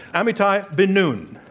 amitai bin-nun